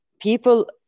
people